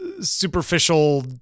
superficial